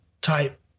type